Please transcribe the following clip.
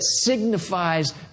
signifies